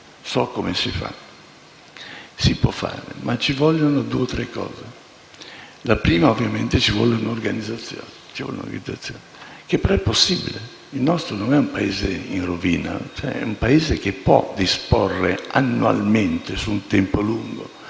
so come si fa. Si può fare, ma ci vogliono due o tre cose. La prima ovviamente è un'organizzazione, che però è possibile. Il nostro non è un Paese in rovina. È un Paese che può disporre annualmente, su un tempo lungo,